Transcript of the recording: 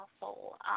awful